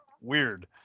weird